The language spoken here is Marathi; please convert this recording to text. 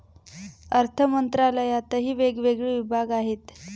अर्थमंत्रालयातही वेगवेगळे विभाग आहेत